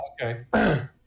okay